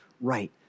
right